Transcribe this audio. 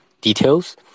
details